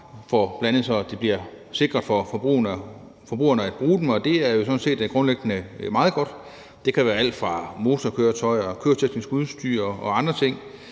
så det bl.a. bliver sikkert for forbrugerne at bruge dem. Det er sådan set grundlæggende meget godt. Det kan være alt fra motorkøretøjer til køreteknisk udstyr og andre ting.